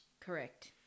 Correct